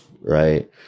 right